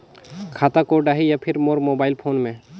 खाता कोड आही या फिर मोर मोबाइल फोन मे?